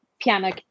piano